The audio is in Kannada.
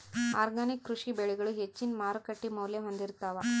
ಆರ್ಗ್ಯಾನಿಕ್ ಕೃಷಿ ಬೆಳಿಗಳು ಹೆಚ್ಚಿನ್ ಮಾರುಕಟ್ಟಿ ಮೌಲ್ಯ ಹೊಂದಿರುತ್ತಾವ